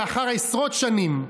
לאחר עשרות שנים,